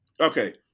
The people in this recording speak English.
Okay